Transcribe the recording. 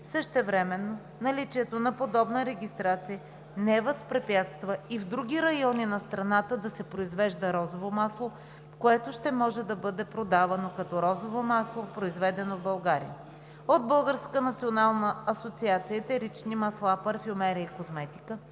Същевременно наличието на подобна регистрация не възпрепятства и в други райони на страната да се произвежда розово масло, което ще може да бъде продавано като розово масло, произведено в България. От Българска национална асоциация „Етерични масла, парфюмерия и козметика“